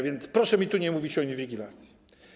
Więc proszę mi nie mówić o inwigilacji.